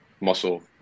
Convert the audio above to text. muscle